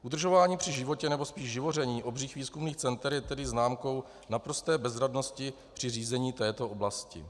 Udržování při životě, nebo spíš živoření obřích výzkumných center je tedy známkou naprosté bezradnosti při řízení této oblasti.